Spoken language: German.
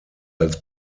als